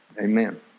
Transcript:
Amen